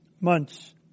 months